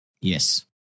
Yes